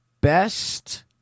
best